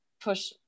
push